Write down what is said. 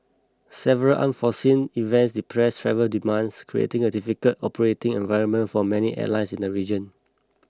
several unforeseen events depressed travel demands creating a difficult operating environment for many airlines in the region